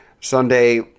Sunday